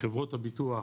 חברות הביטוח,